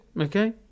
Okay